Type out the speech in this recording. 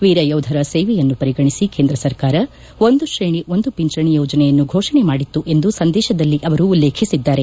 ವೀರಯೋಧರ ಸೇವೆಯನ್ನು ಪರಿಗಣಿಸಿ ಕೇಂದ್ರ ಸರ್ಕಾರ ಒಂದು ತ್ರೇಣಿ ಒಂದು ಪಿಂಚಣಿ ಯೋಜನೆಯನ್ನು ಫೋಷಣೆ ಮಾಡಿತ್ತು ಎಂದು ಸಂದೇತದಲ್ಲಿ ಅವರು ಉಲ್ಲೇಖಿಸಿದ್ದಾರೆ